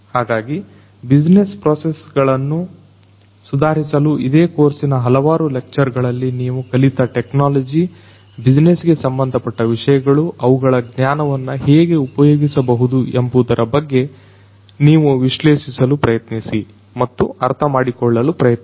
ಹಾಗಾಗಿ business process ಗಳನ್ನು ಸುಧಾರಿಸಲು ಇದೇ ಕೋರ್ಸಿನ ಹಲವಾರು ಲೆಕ್ಚರ್ ಗಳಲ್ಲಿನ ನೀವು ಕಲಿತ ಟೆಕ್ನಾಲಜಿ ಬಿಜಿನೆಸ್ ಗೆ ಸಂಬಂಧಪಟ್ಟ ವಿಷಯಗಳು ಅವುಗಳ ಜ್ಞಾನವನ್ನು ಹೇಗೆ ಉಪಯೋಗಿಸಬಹುದು ಎಂಬುದರ ಬಗ್ಗೆ ನೀವು ವಿಶ್ಲೇಷಿಸಲು ಪ್ರಯತ್ನಿಸಿ ಮತ್ತು ಅರ್ಥಮಾಡಿಕೊಳ್ಳಲು ಪ್ರಯತ್ನಿಸಿ